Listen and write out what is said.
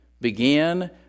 Begin